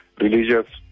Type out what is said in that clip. religious